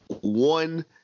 one